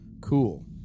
cool